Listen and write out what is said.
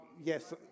yes